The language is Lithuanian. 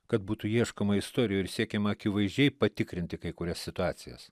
kad būtų ieškoma istorijų ir siekiama akivaizdžiai patikrinti kai kurias situacijas